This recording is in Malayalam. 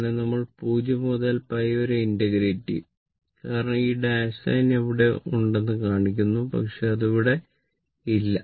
ഇതിനെ നമ്മൾ 0 മുതൽ π വരെ ഇന്റഗ്രേറ്റ് ചെയ്യും കാരണം ഈ ഡാഷ് ലൈൻ അവിടെ ഉണ്ടെന്ന് കാണിക്കുന്നു പക്ഷേ അത് അവിടെ ഇല്ല